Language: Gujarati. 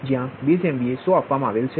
જ્યા બેઝ એમવીએ 100 છે